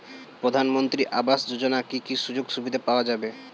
প্রধানমন্ত্রী আবাস যোজনা কি কি সুযোগ সুবিধা পাওয়া যাবে?